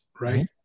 right